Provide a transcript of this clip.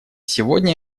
сегодня